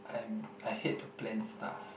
I'm I hate to plan stuff